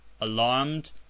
alarmed